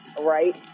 Right